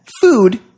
Food